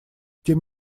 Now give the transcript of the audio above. тем